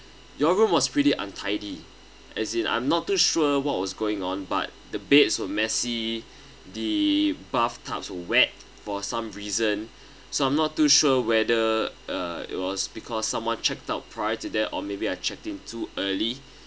your room was pretty untidy as in I'm not too sure what was going on but the beds were messy the bathtubs wet for some reason so I'm not too sure whether uh it was because someone checked out prior to that or maybe I checked in too early